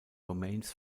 domains